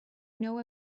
know